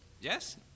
yes